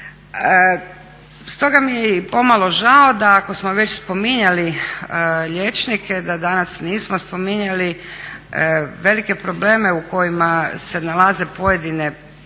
Stoga mi je i pomalo žao da ako smo već spominjali liječnike, da danas nismo spominjali velike probleme u kojima se nalaze pojedine čak